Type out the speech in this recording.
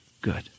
good